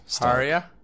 aria